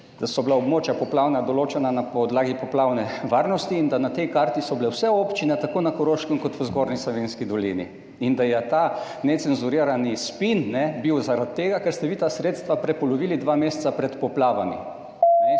da so bila poplavna območja določena na podlagi poplavne varnosti in da so bile na tej karti vse občine, tako na Koroškem kot v Zgornji Savinjski dolini. In da je bil ta necenzurirani spin zaradi tega, ker ste vi ta sredstva prepolovili dva meseca pred poplavami